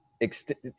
extend